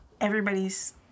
everybody's